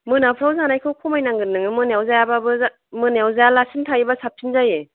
मोनाफ्राव जानायखौ खमायनांगोन नोङो मोनायाव जायाबाबो मोनायाव जायालासिनो थायोबा साबसिन जायो